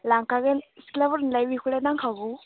लांखागोन सिख्लाफोरनोलाय बेखौ नांखागौ